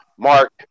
Mark